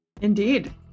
Indeed